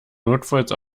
notfalls